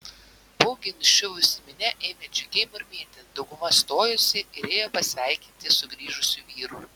baugiai nuščiuvusi minia ėmė džiugiai murmėti dauguma stojosi ir ėjo pasveikinti sugrįžusių vyrų